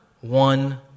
one